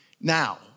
now